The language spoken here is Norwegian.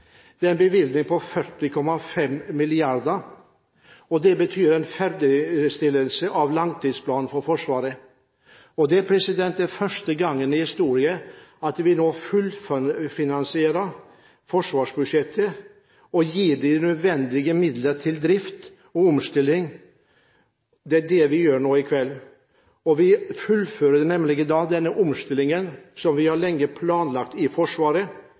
Det er en bevilgning på 40,5 mrd. kr, og dette betyr en ferdigstillelse av langtidsplanen for Forsvaret. Det er første gang i historien at vi nå fullfinansierer forsvarsbudsjettet og gir de nødvendige midler til drift og omstilling. Det er det vi gjør nå i kveld. Vi fullfører nemlig i dag den omstillingen som vi lenge har planlagt i Forsvaret,